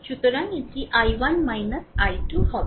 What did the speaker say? সুতরাং এটি I1 I2 হবে